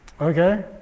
okay